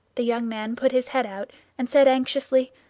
the young man put his head out and said anxiously,